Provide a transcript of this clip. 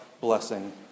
blessing